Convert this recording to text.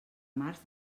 març